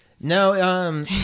No